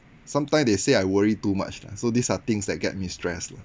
sometime they say I worry too much lah so these are things that get me stress lah